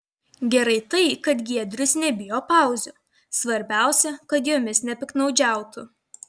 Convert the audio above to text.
gerai tai kad giedrius nebijo pauzių svarbiausia kad jomis nepiktnaudžiautų